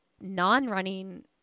non-running